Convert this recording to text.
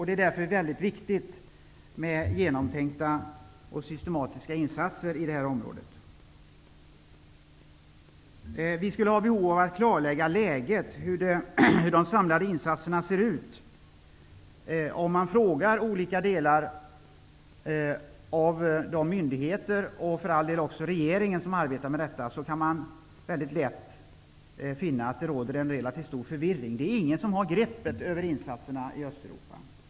Det är därför viktigt med genomtänkta och systematiska insatser i det området. Det finns behov av att klarlägga hur de samlade insatserna ser ut. Vid en förfrågan hos myndigheter och regeringen är det lätt att se att det råder en relativt stor förvirring. Det är ingen som har ett grepp över insatserna i Östeuropa.